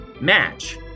match